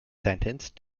sentenced